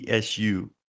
tsu